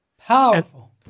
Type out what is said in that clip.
Powerful